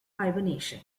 hibernation